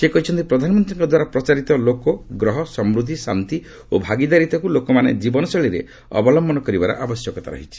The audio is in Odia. ସେ କହିଛନ୍ତି ପ୍ରଧାନମନ୍ତ୍ରୀଙ୍କ ଦ୍ୱାରା ପ୍ରଚାରିତ ଲୋକ ଗ୍ରହ ସମୃଦ୍ଧି ଶାନ୍ତି ଓ ଭାଗିଦାରୀତାକୁ ଲୋକମାନେ ଜୀବନଶୈଳୀରେ ଅବଲ୍ୟନ କରିବାର ଆବଶ୍ୟକତା ରହିଛି